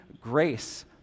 grace